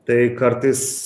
tai kartais